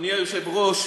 אדוני היושב-ראש,